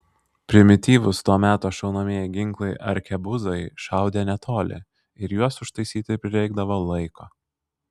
primityvūs to meto šaunamieji ginklai arkebuzai šaudė netoli ir juos užtaisyti prireikdavo laiko